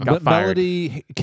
Melody